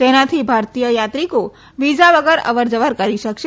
તેનાથી ભારતીય યાત્રીકો વીઝા વગર અવર જવર કરી શકશે